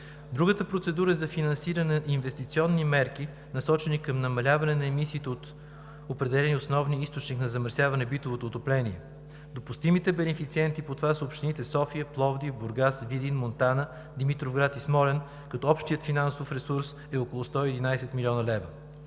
Другата процедура е за финансиране на инвестиционни мерки, насочени към намаляване на емисиите от определени основни източници на замърсяване – битовото отопление. Допустимите бенефициенти по това са общините София, Пловдив, Бургас, Видин, Монтана, Димитровград и Смолян, като общият финансов ресурс е около 111 млн. лв.